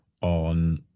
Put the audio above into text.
on